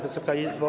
Wysoka Izbo!